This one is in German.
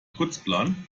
putzplan